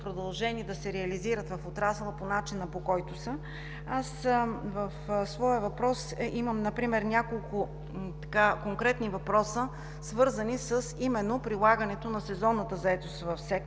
да се реализират в отрасъла по начина, по който са. Аз в своя въпрос имам например няколко конкретни въпроса, свързани именно с прилагането на сезонната заетост в сектора.